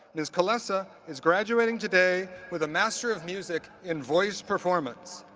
ms. kulesa is graduating today with a master of music in voice performance.